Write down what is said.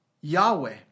Yahweh